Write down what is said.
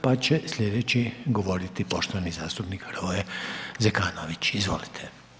Pa će slijedeći govoriti poštovani zastupnik Hrvoje Zekanović, izvolite.